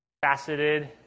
faceted